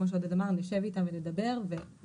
כמו שעודד אמר עוד נישב איתם ונדבר ונחזיר